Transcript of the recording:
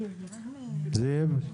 זיו,